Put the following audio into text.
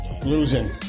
Losing